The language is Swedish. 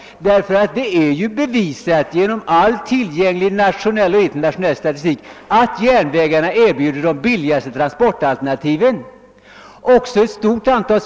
Det är ju bevisat genom all tillgänglig nationell och internationell statistik att järnvägarna erbjuder de billigaste transportalternativen. Ett stort antal.